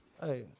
Hey